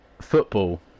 Football